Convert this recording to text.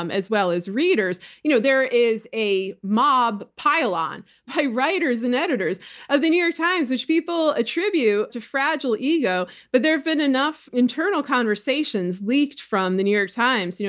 um as well as readers. you know there is a mob pile-on by writers and editors of the new york times which people attribute to fragile ego but there have been enough internal conversations leaked from the new york times, you know